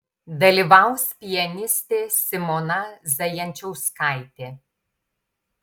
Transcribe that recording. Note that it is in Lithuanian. dalyvaus pianistė simona zajančauskaitė